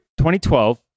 2012